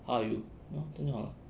how are you 很好